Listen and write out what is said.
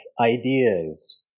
ideas